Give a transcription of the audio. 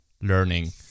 learning